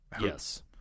Yes